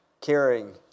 caring